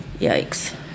Yikes